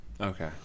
Okay